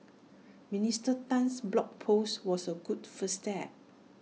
Minister Tan's blog post was A good first step